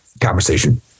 conversation